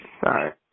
sorry